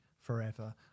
forever